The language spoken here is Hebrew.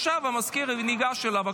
עכשיו המזכיר ניגש אליו.